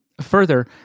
Further